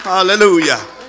Hallelujah